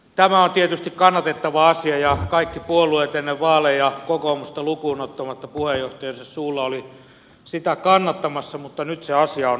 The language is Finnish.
tämä on tietysti kannatettava asia ja ennen vaaleja kaikki puolueet kokoomusta lukuunottamatta puheenjohtajiensa suulla olivat sitä kannattamassa mutta nyt se asia on unohtunut